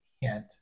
hint